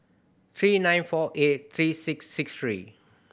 three nine four eight three six six three